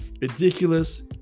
ridiculous